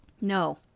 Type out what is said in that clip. No